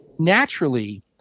naturally